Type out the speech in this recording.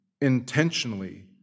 intentionally